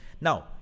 Now